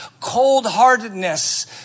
cold-heartedness